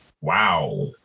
Wow